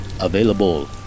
available